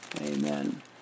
Amen